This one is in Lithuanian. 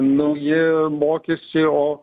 nauji mokesčiai o